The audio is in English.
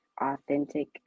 authentic